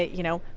you know,